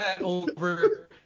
over